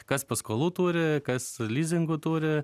kas paskolų turi kas lizingų turi